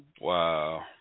Wow